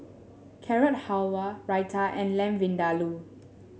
Carrot Halwa Raita and Lamb Vindaloo